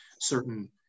certain